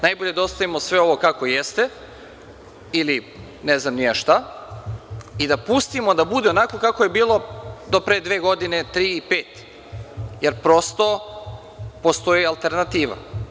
Najbolje je da ostavimo sve ovo kako jeste ili ne znam ni ja šta, i da pustimo da bude onako kako je bilo do pre dve godine, tri, pet, jer prosto postoji alternativa.